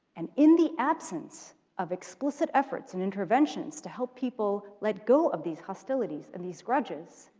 and in the absence of explicit efforts and interventions to help people let go of these hostilities and these grudges,